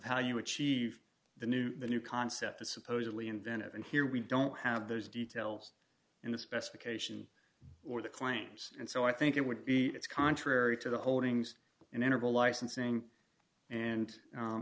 how you achieve the new the new concept the supposedly inventive and here we don't have those details in the specification or the claims and so i think it would be it's contrary to the holdings in interval licensing and